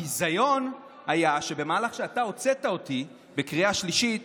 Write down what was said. הביזיון היה שבמהלך זה שאתה הוצאת אותי בקריאה שלישית,